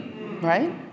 Right